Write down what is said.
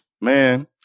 man